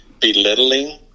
belittling